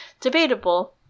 debatable